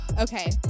Okay